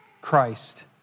Christ